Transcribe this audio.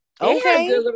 okay